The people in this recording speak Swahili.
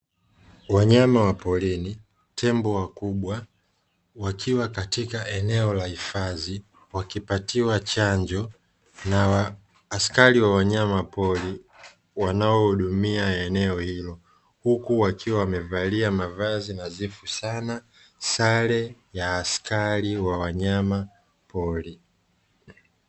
Wanyama wa porini tembo wakubwa wakiwa katika eneo la hifadhi, wakipatiwa chanjo. na askari wa wanyaa pori wanaohudumia eneo hilo. Huku wakiwa wamevalia mavazi nadhifu sana, sare ya askari wa wanyama pori.